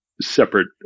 separate